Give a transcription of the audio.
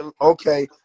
okay